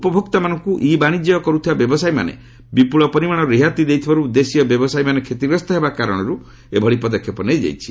ଉପଭୋକ୍ତାମାନଙ୍କୁ ଇ ବାଣିଜ୍ୟ କରୁଥିବା ବ୍ୟବସାୟୀମାନେ ବିପୁଳ ପରିମାଣର ରିହାତି ଦେଉଥିବାରୁ ଦେଶୀୟ ବ୍ୟବସାୟୀମାନେ କ୍ଷତିଗ୍ରସ୍ତ ହେବା କାରଣରୁ ଏଭଳି ପଦକ୍ଷେପ ନିଆଯାଇଛି